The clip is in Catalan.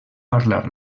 parlar